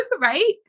Right